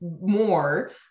more